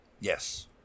Yes